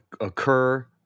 occur